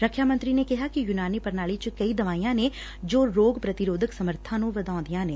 ਰੱਖਿਆ ਮੰਤਰੀ ਨੇ ਕਿਹਾ ਕਿ ਯੁਨਾਨੀ ਪੁਣਾਲੀ ਚ ਕਈ ਦਵਾਈਆ ਨੇ ਜੋ ਰੋਗ ਪੁਤੀਰੋਧਕ ਸਮਰੱਬਾ ਨੇ ਵਧਾਉਦੀਆ ਨੇ